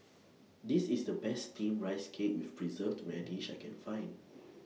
This IS The Best Steamed Rice Cake with Preserved Radish I Can Find